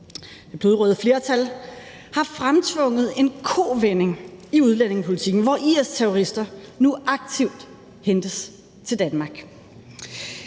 Det blodrøde flertal har fremtvunget en kovending i udlændingepolitikken, hvor IS-terrorister nu aktivt hentes til Danmark.